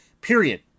period